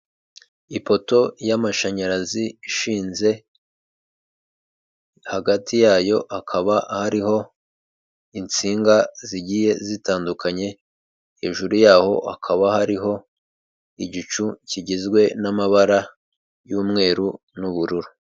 Ipoto y'amashanyarazi ishinze, hagati yayo hakaba hariho insinga zigiye zitandukanye, hejuru yaho hakaba hariho igicu kigizwe n'amabara y'umweru n'ubururu.